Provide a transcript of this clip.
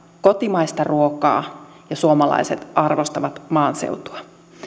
kotimaista ruokaa ja suomalaiset arvostavat maaseutua